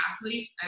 athlete